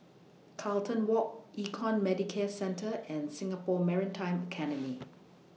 Carlton Walk Econ Medicare Centre and Singapore Maritime Academy